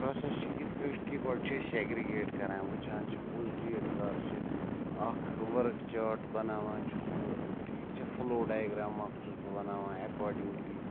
process چھِ یِتھ کٲٹھۍ کہِ گۄڈٕ چھِ أسۍ سیٚگرِگیٹ کَران وٕچھان چھِ کُس ڈیٹ کر چھِ اَکھ ؤرٕک چاٹ بَناوان چھُس بہٕ ٹھیٖک چھا فُلو ڈایگرٛام اَکھ چھُس بہٕ بَناوان اٮ۪کاڈِنٛگلی